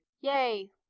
Yay